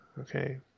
Okay